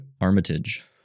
Armitage